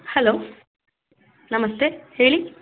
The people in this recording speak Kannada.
ಹಲೋ ನಮಸ್ತೆ ಹೇಳಿ